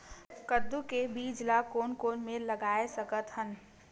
कददू के बीज ला कोन कोन मेर लगय सकथन?